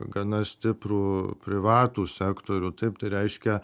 gana stiprų privatų sektorių taip tai reiškia